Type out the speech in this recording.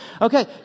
Okay